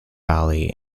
valley